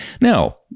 Now